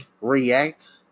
react